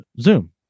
zoom